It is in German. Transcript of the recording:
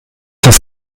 das